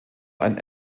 ein